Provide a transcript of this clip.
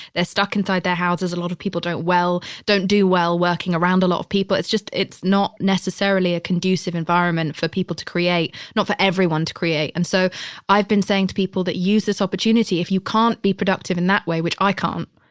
they're stuck inside their houses. a lot of people don't well, don't do well working around a lot of people. it's just it's not necessarily a conducive environment for people to create. not for everyone to create. and so i've been saying to people that use this opportunity, if you can't be productive in that way, which i can't.